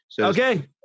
Okay